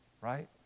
right